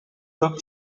took